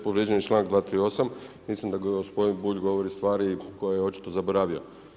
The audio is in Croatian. Povrijeđen je članak 238. mislim da gospodin Bulj govori stvari koje je očito zaboravio.